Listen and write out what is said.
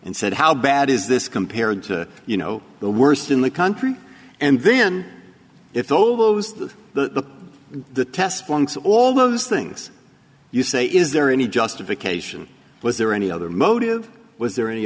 and said how bad is this compared to you know the worst in the country and then if those the the the test all those things you say is there any justification was there any other motive was there any